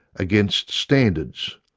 against standards,